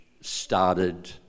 started